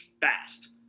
fast